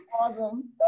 Awesome